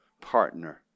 partner